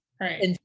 right